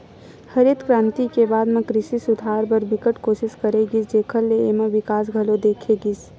हरित करांति के बाद म कृषि सुधार बर बिकट कोसिस करे गिस जेखर ले एमा बिकास घलो देखे गिस